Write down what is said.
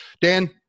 Dan